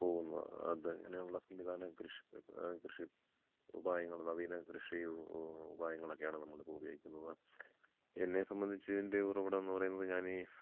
പോകുന്നു അത് അങ്ങനെയുള്ള സംവിധാനം കൃഷി കൃഷി ഉപായങ്ങൾ നവീന കൃഷി ഉപായങ്ങളൊക്കെയാണ് നമ്മളിപ്പോൾ ഉപയോഗിക്കുന്നത് എന്നെ സംബന്ധിച്ചിതിൻ്റെ ഉറവിടമെന്നു പറയുന്നത് ഞാൻ ഈ